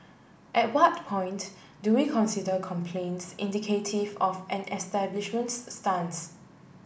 at what point do we consider complaints indicative of an establishment's stance